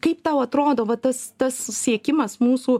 kaip tau atrodo va tas tas siekimas mūsų